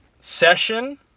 session